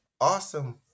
Awesome